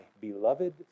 beloved